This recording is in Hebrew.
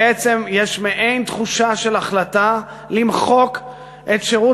בעצם יש מעין תחושה של החלטה למחוק את שירות